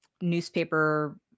newspaper